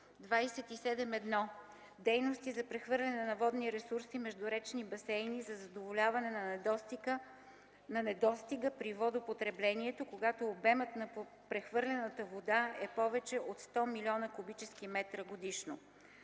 27.1. Дейности за прехвърляне на водни ресурси между речни басейни за задоволяване на недостига при водопотреблението, когато обемът на прехвърлената вода е повече от 100 млн. куб. м годишно.